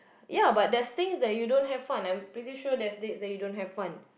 ya but there's things that you don't have fun I'm pretty sure there's dates that you don't have fun